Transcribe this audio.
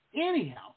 anyhow